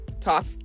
talk